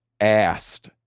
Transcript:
asked